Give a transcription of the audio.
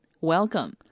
Welcome